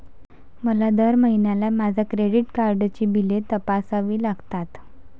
मला दर महिन्याला माझ्या क्रेडिट कार्डची बिले तपासावी लागतात